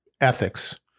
ethics